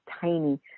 tiny